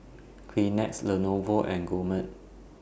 Kleenex Lenovo and Gourmet